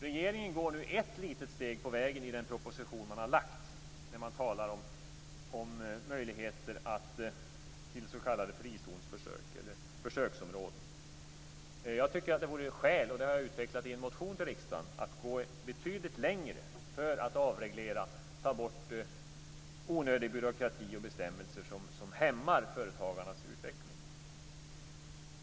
Regeringen går nu ett litet steg på vägen i den proposition som man har lagt fram. Man talar om möjligheter till s.k. frizonsförsök eller försöksområden. Jag tycker att det finns skäl, och det har jag utvecklat i en motion till riksdagen, att gå betydligt längre för att avreglera och ta bort onödig byråkrati och bestämmelser som hämmar företagarnas utveckling.